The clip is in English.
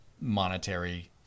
monetary